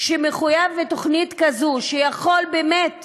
שמחויב בתוכנית כזאת, שיכול באמת